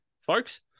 folks